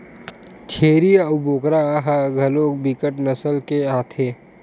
छेरीय अऊ बोकरा ह घलोक बिकट नसल के आथे